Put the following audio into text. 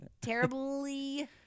Terribly